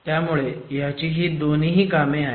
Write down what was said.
त्यामुळे ह्याची ही दोन्हीही कामे आहेत